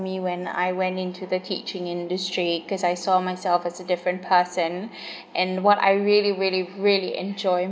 me when I went into the teaching industry cause I saw myself as a different person and what I really really really enjoy